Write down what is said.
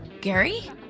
Gary